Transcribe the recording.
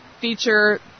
feature